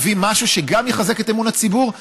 נביא משהו שגם יחזק את אמון הציבור,